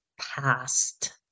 past